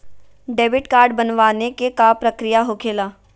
Debit card बनवाने के का प्रक्रिया होखेला?